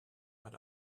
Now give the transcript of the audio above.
but